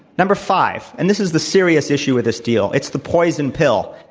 number five, and this is the serious issue with this deal. it's the poison pill.